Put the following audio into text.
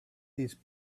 these